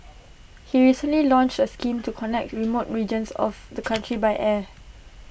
he recently launched A scheme to connect remote regions of the country by air